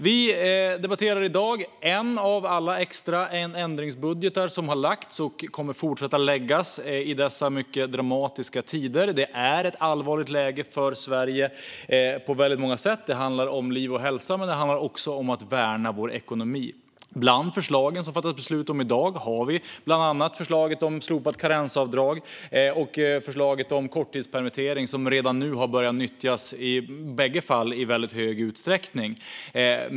Vi debatterar i dag en av alla extra ändringsbudgetar som har lagts fram och kommer att fortsätta att läggas fram i dessa mycket dramatiska tider. Det är ett allvarligt läge för Sverige på många sätt. Det handlar om liv och hälsa, men det handlar också om att värna vår ekonomi. Bland de förslag som det ska fattas beslut om i dag finns bland annat förslagen om slopat karensavdrag och om korttidspermittering, som i båda fallen redan nu har börjat nyttjas i väldigt hög utsträckning.